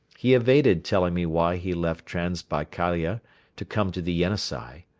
he evaded telling me why he left transbaikalia to come to the yenisei.